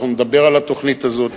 אנחנו נדבר על התוכנית הזאת,